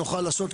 נוכל לעזור,